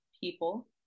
people